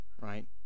right